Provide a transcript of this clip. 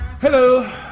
Hello